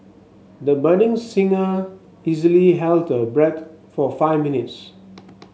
the budding singer easily held her breath for five minutes